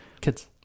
kids